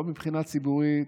לא בבחינה ציבורית,